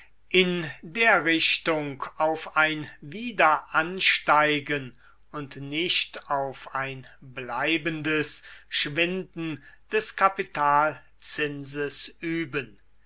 in der richtung auf ein wiederansteigen und nicht auf ein bleibendes schwinden des kapitalzinses üben